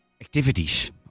activities